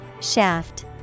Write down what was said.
Shaft